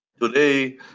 Today